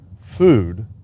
food